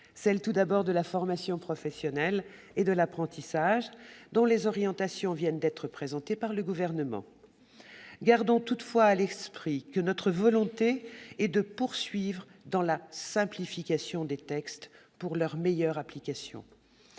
celle de la formation professionnelle et de l'apprentissage, dont les orientations viennent d'être présentées par le Gouvernement. Gardons toutefois à l'esprit que notre volonté est de poursuivre la simplification des textes pour leur meilleure application.